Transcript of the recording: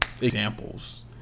examples